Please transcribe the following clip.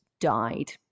died